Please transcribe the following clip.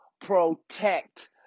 protect